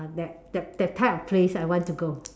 that that type of place I want to go